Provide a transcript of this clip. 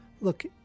look